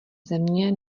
země